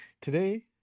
today